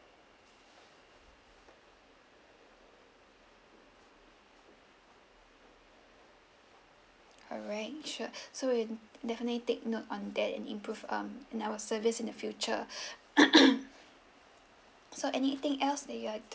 alright sure so we'll definitely take note on that and improve um ouur service in the future so anything that you'd like